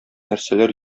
нәрсәләр